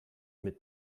mit